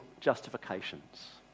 justifications